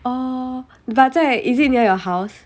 oh but 在 is it near your house